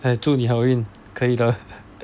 哎祝你好运可以的